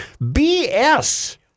BS